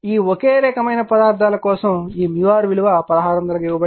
ఈ ఒకే రకమైన పదార్థాల కోసం ఈ r విలువ 1600 గా ఇవ్వబడింది